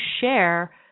share